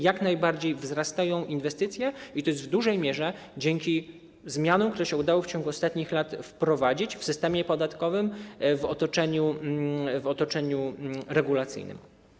Jak najbardziej wzrastają inwestycje i to w dużej mierze dzięki zmianom, które się udało w ciągu ostatnich lat wprowadzić w systemie podatkowym, w otoczeniu regulacyjnym.